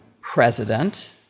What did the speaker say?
president